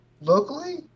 Locally